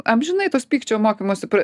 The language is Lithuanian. amžinai tos pykčio mokymosi pa